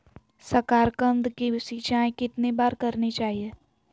साकारकंद की सिंचाई कितनी बार करनी चाहिए?